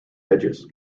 edges